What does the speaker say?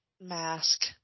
mask